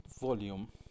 volume